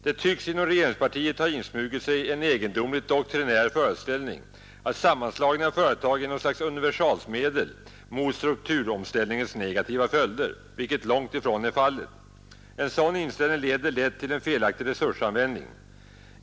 Det tycks inom regeringspartiet ha insmugit sig en egendomligt doktrinär föreställning att sammanslagning av företag är något slags universalmedel mot strukturomställningens negativa följder, vilket långt ifrån är fallet. En sådan inställning leder lätt till en felaktig resursanvändning.